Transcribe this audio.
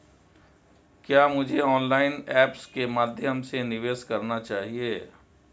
क्या मुझे online apps के माध्यम से निवेश करना चाहिए?